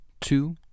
two